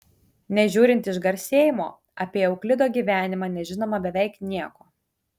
nežiūrint išgarsėjimo apie euklido gyvenimą nežinoma beveik nieko